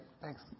Thanks